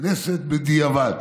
לכנסת בדיעבד.